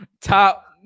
top